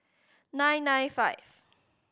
nine nine five